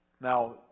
Now